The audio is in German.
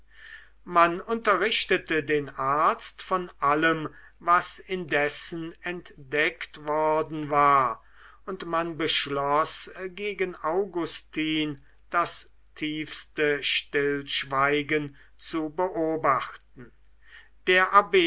man unterrichtete den arzt von allem was indessen entdeckt worden war und man beschloß gegen augustin das tiefste stillschweigen zu beobachten der abb